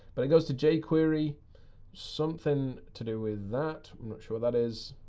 but it goes to jquery something to do with that, i'm not sure what that is.